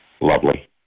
Lovely